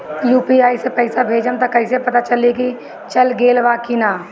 UPI से पइसा भेजम त कइसे पता चलि की चल गेल बा की न?